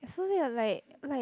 so they are like like